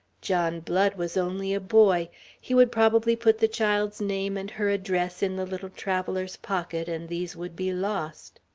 john blood was only a boy he would probably put the child's name and her address in the little traveler's pocket, and these would be lost.